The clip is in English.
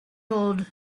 old